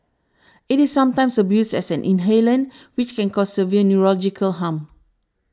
it is sometimes abused as an inhalant which can cause severe neurological harm